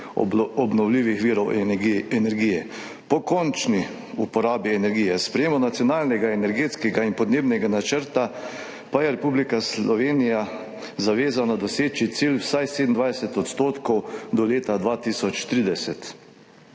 obnovljivih virov energije. Po končni uporabi energije, sprejetju Nacionalnega energetskega in podnebnega načrta pa je Republika Slovenija zavezana doseči cilj vsaj 27 % do leta 2030.